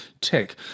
tech